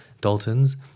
Daltons